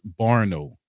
Barno